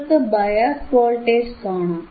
നിങ്ങൾക്ക് bias voltage കാണാം